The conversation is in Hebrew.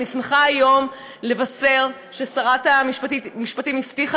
אני שמחה היום לבשר ששרת המשפטים הבטיחה